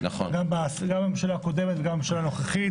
גם בממשלה הנוכחית וגם בממשלה הנוכחית.